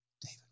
David